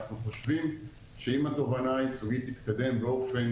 אנחנו חושבים שאם התובענה הייצוגית תתקדם באופן